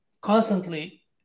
constantly